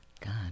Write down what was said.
God